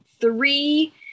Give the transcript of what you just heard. three